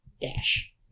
Dash